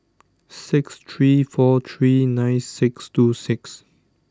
six three four three nine six two six